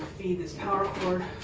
feed this power cord